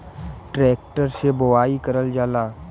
tractor से बोवाई करल जाला